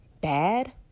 bad